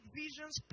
visions